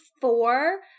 four